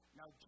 now